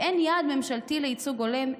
באין יעד ממשלתי לייצוג הולם,